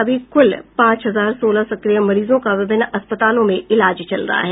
अभी कूल पांच हजार सोलह सक्रिय मरीजों का विभिन्न अस्पतालों में इलाज चल रहा है